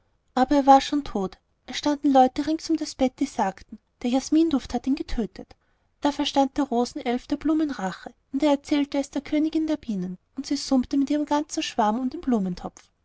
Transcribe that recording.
aber er war schon tot es standen leute rings um das bett die sagten der jasminduft hat ihn getötet da verstand der rosenelf der blumen rache und er erzählte es der königin der bienen und sie summte mit ihrem ganzen schwarm um den blumentopf